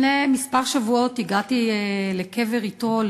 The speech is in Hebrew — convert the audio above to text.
לפני מספר שבועות הגעתי לקבר יתרו,